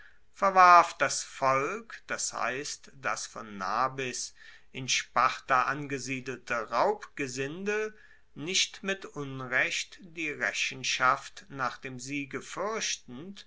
verwarf das volk das heisst das von nabis in sparta angesiedelte raubgesindel nicht mit unrecht die rechenschaft nach dem siege